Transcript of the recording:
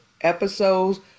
episodes